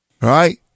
right